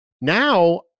Now